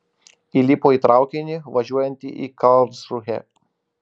įlipo į traukinį važiuojantį į karlsrūhę